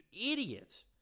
idiot